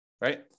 right